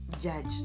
judge